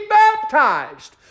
baptized